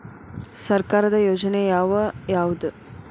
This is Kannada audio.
ಸರ್ಕಾರದ ಯೋಜನೆ ಯಾವ್ ಯಾವ್ದ್?